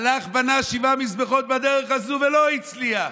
הלך, בנה שבעה מזבחות בדרך הזאת ולא הצליח.